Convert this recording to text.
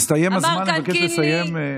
הסתיים הזמן, אבקש לסיים.